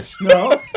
No